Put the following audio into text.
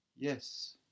Yes